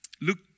Luke